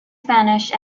spanish